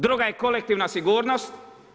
Druga je kolektivna sigurnost.